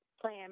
plan